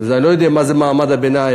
אני לא יודע מה זה מעמד הביניים.